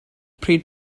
pryd